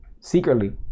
secretly